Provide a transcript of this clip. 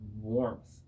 warmth